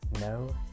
No